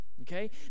Okay